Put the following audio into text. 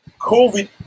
COVID